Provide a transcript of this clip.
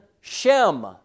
Shem